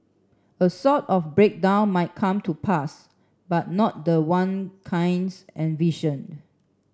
a sort of breakdown might come to pass but not the one Keynes envisioned